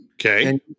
Okay